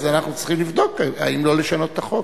אז אנחנו צריכים לבדוק אם לא לשנות את החוק.